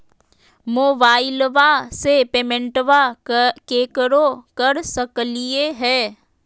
मोबाइलबा से पेमेंटबा केकरो कर सकलिए है?